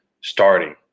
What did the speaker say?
starting